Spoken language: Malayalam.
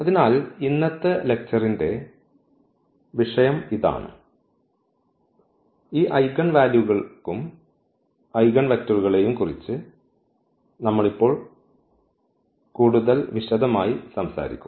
അതിനാൽ ഇന്നത്തെ ലെക്ച്ചർന്റെ വിഷയം ഇതാണ് ഈ ഐഗൻ വാല്യൂകൾയും ഐഗൺവെക്റ്ററുകളെയും കുറിച്ച് നമ്മൾ ഇപ്പോൾ കൂടുതൽ വിശദമായി സംസാരിക്കും